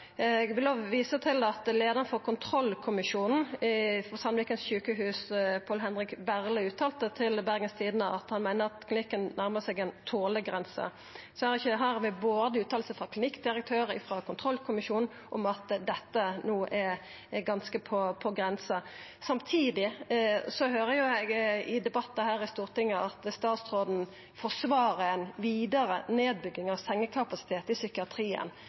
Eg vil også visa til at leiaren for kontrollkommisjonen for Sandviken sjukehus, Paal-Henrich Berle, uttalte til Bergens Tidende at han meiner klinikken nærmar seg ei tolegrense. Her har vi uttalar både frå klinikkdirektøren og frå kontrollkommisjonen om at dette er ganske på grensa. Samtidig høyrer eg i debattar her i Stortinget at statsråden forsvarar ei vidare nedbygging av sengekapasitet i